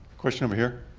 question over here.